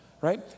Right